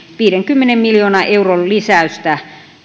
viidenkymmenen miljoonan euron lisäystä